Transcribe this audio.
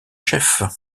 chef